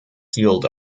sealed